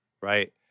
right